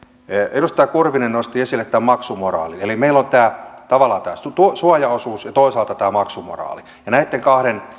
edustaja kurvinen nosti esille tämän maksumoraalin eli meillä on tavallaan tämä suojaosuus ja toisaalta tämä maksumoraali ja näitten kahden